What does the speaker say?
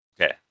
Okay